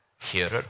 hearer